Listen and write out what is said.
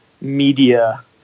media